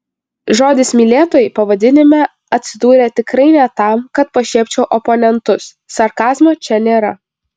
žodis mylėtojai pavadinime atsidūrė tikrai ne tam kad pašiepčiau oponentus sarkazmo čia nėra